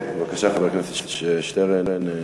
בבקשה, חבר הכנסת שטרן.